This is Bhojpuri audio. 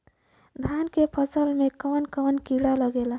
धान के फसल मे कवन कवन कीड़ा लागेला?